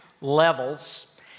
levels